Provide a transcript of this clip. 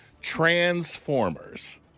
Transformers